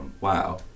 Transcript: Wow